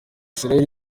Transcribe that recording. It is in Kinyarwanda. israel